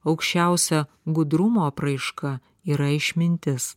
aukščiausia gudrumo apraiška yra išmintis